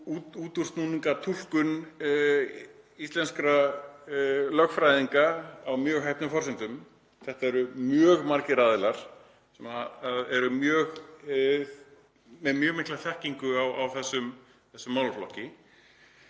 útúrsnúningatúlkun íslenskra lögfræðinga á mjög hæpnum forsendum. Þetta eru mjög margir aðilar sem eru með mjög mikla þekkingu á þessum málaflokki.